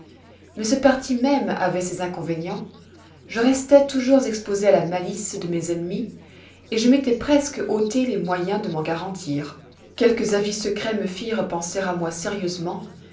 mais ce parti même avoit ses inconvénients je restois toujours exposé à la malice de mes ennemis et je m'étois presque ôté les moyens de m'en garantir quelques avis secrets me firent penser à moi sérieusement